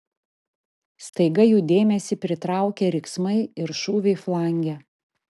staiga jų dėmesį pritraukė riksmai ir šūviai flange